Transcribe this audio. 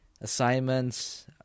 assignments